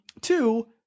Two